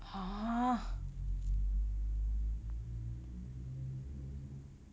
!huh!